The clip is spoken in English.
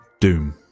Doom